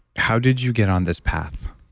how did you get on this path?